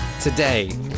today